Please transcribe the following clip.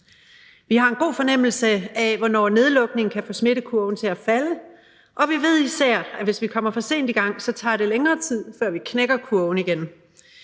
Vi har en god fornemmelse af, hvornår nedlukning kan få smittekurven til at falde, og vi ved især, at hvis vi kommer for sent i gang, tager det længere tid, før vi knækker kurven igen.